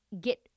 get